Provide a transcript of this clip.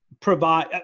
provide